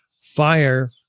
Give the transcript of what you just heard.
fire